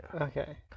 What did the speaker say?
Okay